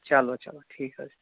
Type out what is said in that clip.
چلو چلو ٹھیٖک حظ چھِ